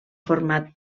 format